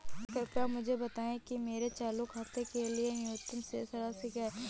कृपया मुझे बताएं कि मेरे चालू खाते के लिए न्यूनतम शेष राशि क्या है?